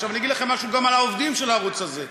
עכשיו אני אגיד לכם משהו על העובדים של הערוץ הזה: